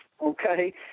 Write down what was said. okay